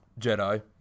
Jedi